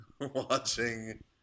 watching